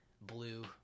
blue